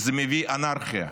זה מביא אנרכיה.